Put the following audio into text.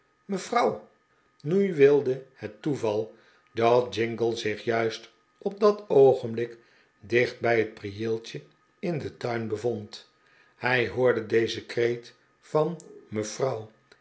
nu wilde het toeval dat jingle zich juist op dat oogenblik dicht bij het prieeltje in den tuin bevond hij hoorde dezen kreet van m'frouw